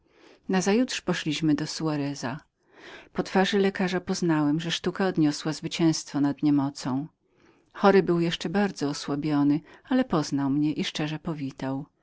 snem zasnąłem nazajutrz poszliśmy do soareza po twarzy lekarza poznałem że sztuka odniosła zwycięstwo nad niemocą chory był jeszcze bardzo osłabionym ale poznał mnie i szczerze powitał